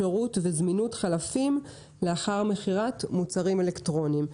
שירות וזמינות חלפים לאחר מכירת מוצרים אלקטרוניים.